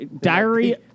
Diary